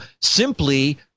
simply